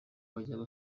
bajya